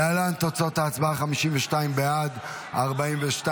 להלן תוצאות ההצבעה: 52 בעד, 42 נגד.